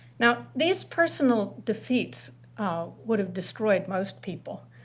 now these personal defeats would have destroyed most people.